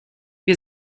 wir